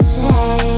say